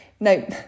No